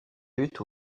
lutte